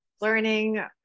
learning